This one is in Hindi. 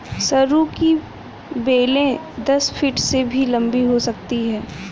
सरू की बेलें दस फीट से भी लंबी हो सकती हैं